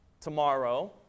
tomorrow